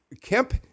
Kemp